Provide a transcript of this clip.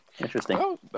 Interesting